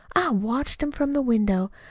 watched em from the window.